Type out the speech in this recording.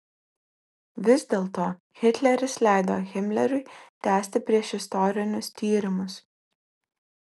vis dėlto hitleris leido himleriui tęsti priešistorinius tyrimus